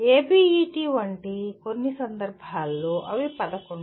ABET వంటి కొన్ని సందర్భాల్లో అవి 11